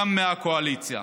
גם מהקואליציה: